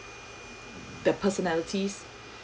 the personalities